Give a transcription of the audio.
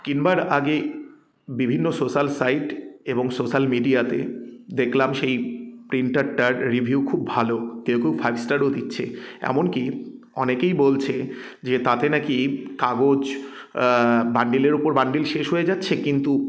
কিনবার আগে বিভিন্ন সোশ্যাল সাইট এবং সোশ্যাল মিডিয়াতে দেখলাম সেই প্রিন্টারটার রিভিউ খুব ভালো কেউ কেউ ফাইভ স্টারও দিচ্ছে এমন কি অনেকেই বলছে যে তাতে নাকি কাগজ বান্ডিলের ওপর বান্ডিল শেষ হয়ে যাচ্ছে কিন্তু